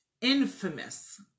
Infamous